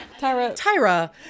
Tyra